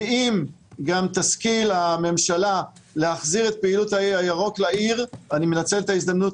אם תשכיל הממשלה להחזיר את פעילות האי הירוק לעיר אני מנצל את ההזדמנות